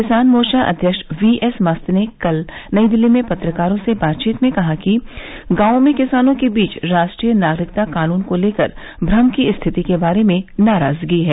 किसान मोर्चा अध्यक्ष वीएस मस्त ने कल नई दिल्ली में पत्रकारों से बातचीत में कहा कि गावों में किसानों के बीच राष्ट्रीय नागरिकता कानून को लेकर भ्रम की स्थिति के बारे में नाराजगी है